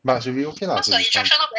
but should be okay lah should be fine